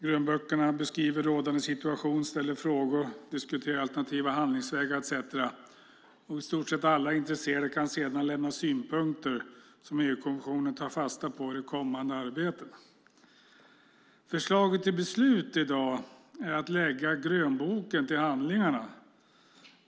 Grönböckerna beskriver rådande situation, ställer frågor, diskuterar alternativa handlingsvägar etcetera. I stort sett alla intresserade kan sedan lämna synpunkter som EU-kommissionen tar fasta på i kommande arbeten. Förslaget till beslut i dag är att lägga grönboken till handlingarna.